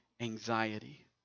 anxiety